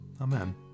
Amen